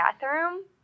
bathroom